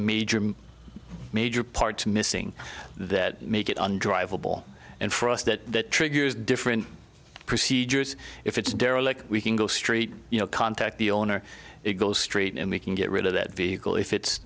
major major parts missing that make it undriveable and for us that triggers different procedures if it's derelict we can go street you know contact the owner it goes straight and we can get rid of that vehicle if it's